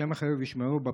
השם יחיו וישמרו,